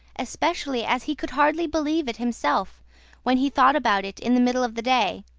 especially as he could hardly believe it himself when he thought about it in the middle of the day,